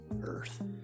Earth